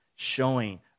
Showing